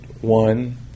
one